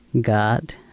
God